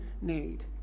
need